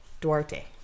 Duarte